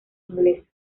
inglesa